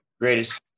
greatest